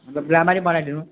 अनि त राम्ररी बनाइदिनु